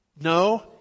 No